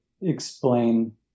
explain